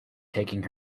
taking